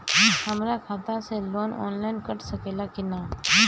हमरा खाता से लोन ऑनलाइन कट सकले कि न?